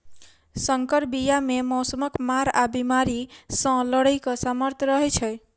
सँकर बीया मे मौसमक मार आ बेमारी सँ लड़ैक सामर्थ रहै छै